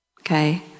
Okay